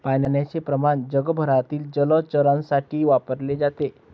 पाण्याचे प्रमाण जगभरातील जलचरांसाठी वापरले जाते